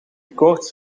koorts